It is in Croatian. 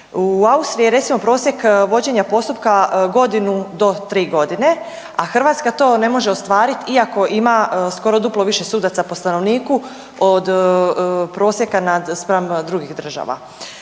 U Austriji je recimo prosjek vođenja postupka godinu do tri godine, a Hrvatska to ne može ostvariti iako ima skoro duplo više sudaca po stanovniku od prosjeka spram drugih država.